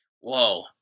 whoa